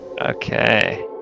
Okay